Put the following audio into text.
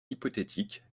hypothétique